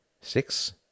Six